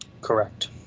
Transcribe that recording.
Correct